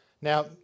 Now